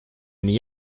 n’y